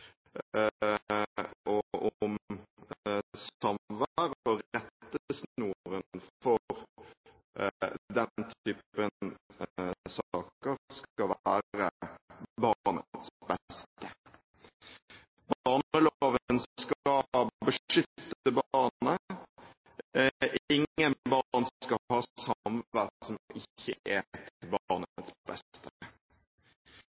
og om samvær, og rettesnoren for den typen saker skal være barnets beste. Barneloven skal beskytte barnet, ingen barn skal ha samvær som ikke er